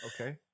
Okay